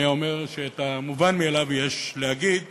היה אומר שאת המובן מאליו צריך להגיד.